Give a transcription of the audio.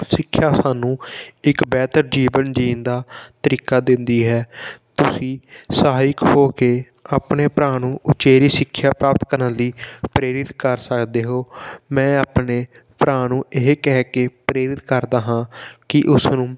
ਸਿੱਖਿਆ ਸਾਨੂੰ ਇੱਕ ਬਿਹਤਰ ਜੀਵਨ ਜੀਣ ਦਾ ਤਰੀਕਾ ਦਿੰਦੀ ਹੈ ਤੁਸੀਂ ਸਹਾਇਕ ਹੋ ਕੇ ਆਪਣੇ ਭਰਾ ਨੂੰ ਉਚੇਰੀ ਸਿੱਖਿਆ ਪ੍ਰਾਪਤ ਕਰਨ ਲਈ ਪ੍ਰੇਰਿਤ ਕਰ ਸਕਦੇ ਹੋ ਮੈਂ ਆਪਣੇ ਭਰਾ ਨੂੰ ਇਹ ਕਹਿ ਕੇ ਪ੍ਰੇਰਿਤ ਕਰਦਾ ਹਾਂ ਕਿ ਉਸ ਨੂੰ